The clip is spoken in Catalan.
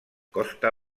costa